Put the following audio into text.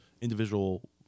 individual